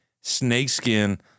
snakeskin